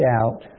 out